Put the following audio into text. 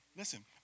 Listen